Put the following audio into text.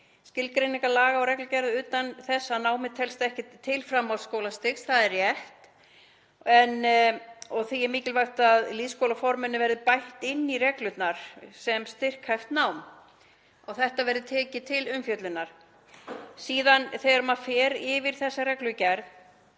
skilgreiningar laga og reglugerða utan þess að námið telst ekki til framhaldsskólastigs. Það er rétt og því er mikilvægt að lýðskólaforminu verði bætt inn í reglurnar sem styrkhæfu námi og þetta verði tekið til umfjöllunar. Þegar maður fer yfir þessa reglugerð